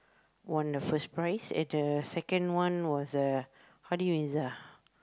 won the first prize and the second one was uh Hady-Mirza